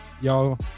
Y'all